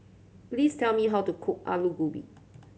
please tell me how to cook Alu Gobi